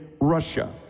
russia